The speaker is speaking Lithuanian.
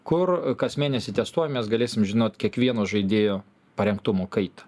kur kas mėnesį testuojam mes galėsim žinot kiekvieno žaidėjo parengtumo kaitą